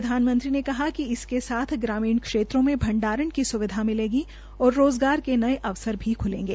प्रधानमंत्री ने कहा कि इसके साथ ग्रामीण क्षेत्रों में भंडारण की सुविधा मिलेगी और रोजगार के नऐ अवसर भी खुलैंगे